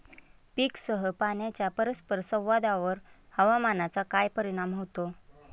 पीकसह पाण्याच्या परस्पर संवादावर हवामानाचा काय परिणाम होतो?